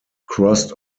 crossed